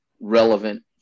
relevant